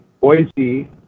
Boise